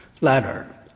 ladder